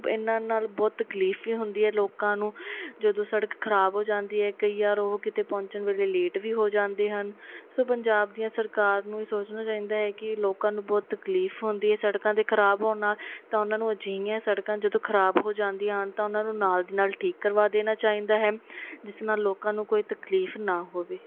ਇਨਾ ਨਾਲ ਬਹੁਤ ਤਕਲੀਫ ਵੀ ਹੁੰਦੀ ਹੈ ਲੋਕਾਂ ਨੂੰ ਜਦੋਂ ਸੜਕ ਖਰਾਬ ਹੋ ਜਾਂਦੀ ਹੈ ਕਈ ਵਾਰ ਉਹ ਕਿਤੇ ਪਹੁੰਚਣ ਵੇਲੇ ਲੇਟ ਵੀ ਹੋ ਜਾਂਦੇ ਹਨ ਸੋ ਪੰਜਾਬ ਦੀਆਂ ਸਰਕਾਰ ਨੂੰ ਸੋਚਣਾ ਚਾਹੀਦਾ ਹੈ ਕਿ ਲੋਕਾਂ ਨੂੰ ਬਹੁਤ ਤਕਲੀਫ ਹੁੰਦੀ ਹੈ ਸੜਕਾਂ ਦੇ ਖਰਾਬ ਹੋਣਾ ਤਾਂ ਉਹਨਾਂ ਨੂੰ ਜੀ ਸੜਕਾਂ ਜਦੋਂ ਖਰਾਬ ਹੋ ਜਾਂਦੀਆਂ ਹਨ ਤਾਂ ਉਹਨਾਂ ਨੂੰ ਨਾਲ ਦੀ ਨਾਲ ਠੀਕ ਕਰਵਾ ਦੇਣਾ ਚਾਹੀਦਾ ਹੈ ਜਿਸ ਨਾਲ ਲੋਕਾਂ ਨੂੰ ਕੋਈ ਤਕਲੀਫ ਨਾ ਹੋਵੇ